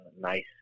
nice